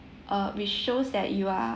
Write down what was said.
uh which shows that you are